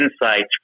insights